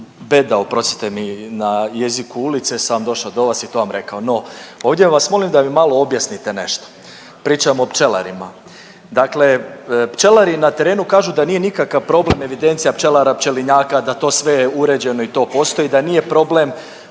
beda oprostite mi na jeziku ulice sam došao do vas i to vam rekao. No, ovdje vas molim da mi malo objasnite nešto. Pričam o pčelarima. Dakle, pčelari na terenu kažu da nije nikakav problem evidencija pčelara, pčelinjaka da to sve je uređeno i da to postoji, da nije problem